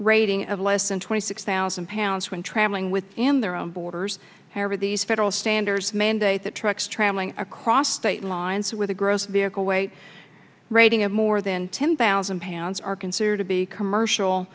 rating of less than twenty six thousand pounds when traveling with in their own borders however these federal standards mandates that trucks traveling across state lines with a gross vehicle weight rating of more than ten thousand pounds are considered to be commercial